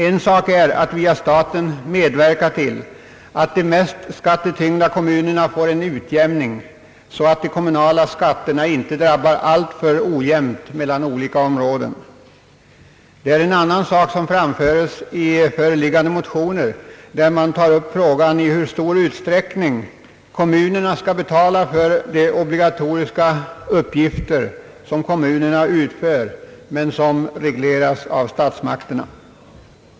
En sak är att via staten medverka till att de mest skattetyngda kommunerna får en utjämning så att de kommunala skatterna inte drabbar alltför ojämnt mellan olika områden. Det är en annan sak som framföres i föreliggande motioner, där man tar upp frågan om i vilken utsträckning kommunerna skall betala för de obligatoriska uppgifter som utförs av kommunerna men som regleras av statsmakterna.